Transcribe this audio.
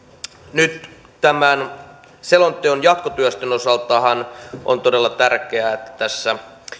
nyt tämän selonteon jatkotyöstön osaltahan on todella tärkeää että tässä